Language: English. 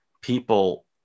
people